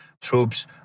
troops